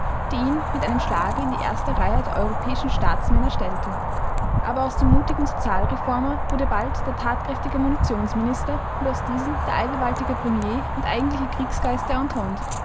die ihn mit einem schlage in die erste reihe der europäischen staatsmänner stellte aber aus dem mutigen sozialreformer wurde bald der tatkräftige munitionsminister und aus diesem der allgewaltige premier und eigentliche kriegsgeist der